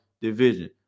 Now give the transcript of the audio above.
division